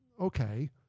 Okay